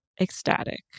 ecstatic